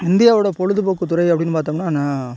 இந்தியாவோட பொழுதுபோக்குத்துறை அப்படினு பார்த்தோம்னா ந